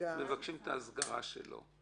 מבקשים את ההסגרה שלו.